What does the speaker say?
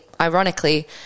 ironically